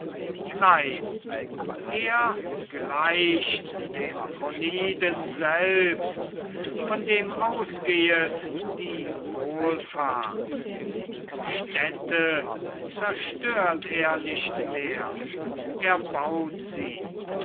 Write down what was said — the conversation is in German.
nein er gleicht dem kroniden selbst von dem ausgehet die wohlfahrt städte zerstört er nicht mehr er baut sie